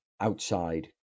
outside